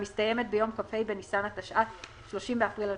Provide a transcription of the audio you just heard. והמסתיימת ביום כ"ה בניסן התשע"ט (30 באפריל 2019)